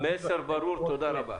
המסר ברור, תודה רבה.